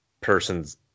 person's